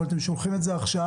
אבל אתם שולחים אותן עכשיו.